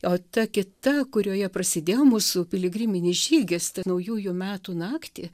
o ta kita kurioje prasidėjo mūsų piligriminis žygis naujųjų metų naktį